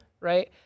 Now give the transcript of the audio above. right